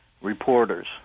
reporters